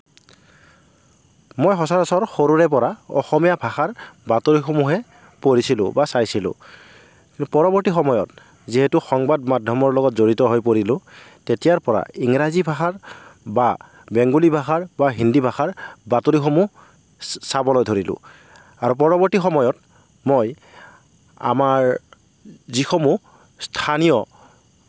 মই সচৰাচৰ সৰুৰে পৰা অসমীয়া ভাষাৰ বাতৰি সমূহে পঢ়িছিলো বা চাইছিলো পৰৱৰ্তী সময়ত যিহেতু সংবাদ মাধ্যমৰ লগত জড়িত হৈ পৰিলো তেতিয়াৰ পৰা ইংৰাজী ভাষাৰ বা বেংগলী ভাষাৰ বা হিন্দী ভাষাৰ বাতৰিসমূহ চাবলৈ ধৰিলো আৰু পৰৱৰ্তী সময়ত মই আমাৰ যিসমূহ স্থানীয়